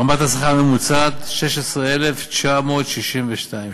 רמת השכר הממוצעת: 16,962 ש"ח,